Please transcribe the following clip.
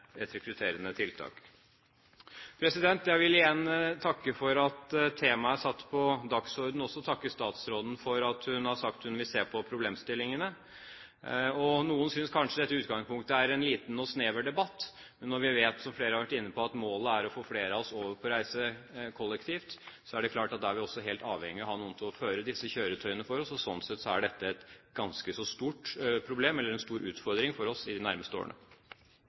tiltak. Jeg vil igjen takke for at temaet er satt på dagsordenen. Jeg vil også takke statsråden for at hun har sagt at hun vil se på problemstillingene. Noen synes kanskje dette i utgangspunktet er en liten og snever debatt, men når vi vet, som flere har vært inne på, at målet er å få flere av oss over til å reise kollektivt, er det klart at da er vi også helt avhengig av å ha noen til å føre disse kjøretøyene for oss. Sånn sett er dette en ganske så stor utfordring for oss i de nærmeste årene.